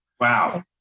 Wow